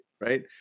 right